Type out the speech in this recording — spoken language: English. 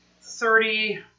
Thirty